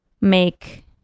make